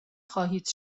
خواهید